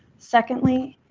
secondly,